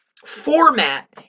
Format